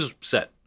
set